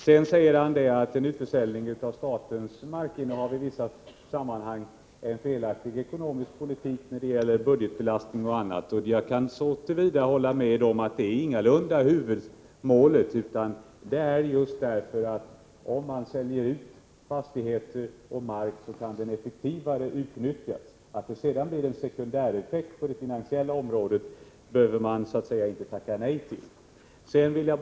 Vidare säger Gunnar Nilsson att en utförsäljning av statens markinnehav i vissa sammanhang är en felaktig ekonomisk politik, med tanke på budgetbelastning och annat. Jag kan så till vida instämma att detta ingalunda är huvudmålet. Vad det gäller är i stället att fastigheter och mark kan utnyttjas effektivare om dessa tillgångar säljs ut. Men den sekundäreffekt som uppkommer på det finansiella området behöver man sedan inte tacka nej till. Herr talman!